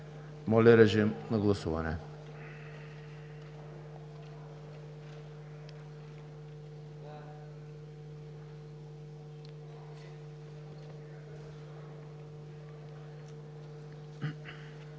Моля, режим на гласуване